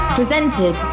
Presented